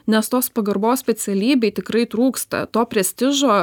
nes tos pagarbos specialybei tikrai trūksta to prestižo